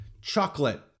chocolate